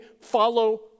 follow